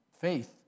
faith